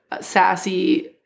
sassy